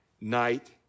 night